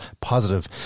positive